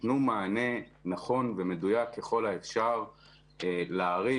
ייתנו מענה נכון ומדויק ככל האפשר לערים,